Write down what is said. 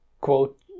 quote